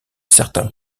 certains